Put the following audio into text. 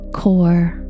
core